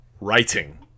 writing